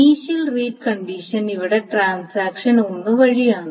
initial read condition ഇവിടെ transaction 1 വഴിയാണ്